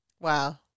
Wow